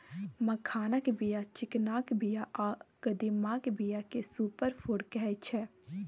मखानक बीया, चिकनाक बीया आ कदीमाक बीया केँ सुपर फुड कहै छै